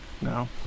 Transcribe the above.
No